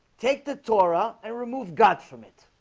take the torah and remove god from it